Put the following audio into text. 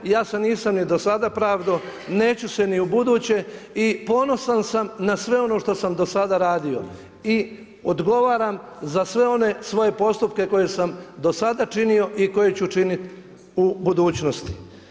Ja se nisam ni do sada pravdao, neću se ni u buduće i ponosan sam na sve ono što sam do sada radio i odgovaram za sve one svoje postupke koje sam do sada činio i koje ću činiti u budućnosti.